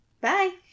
Bye